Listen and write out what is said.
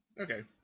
Okay